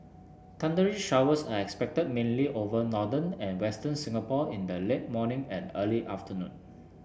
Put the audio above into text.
thundery showers are expected mainly over northern and western Singapore in the late morning and early afternoon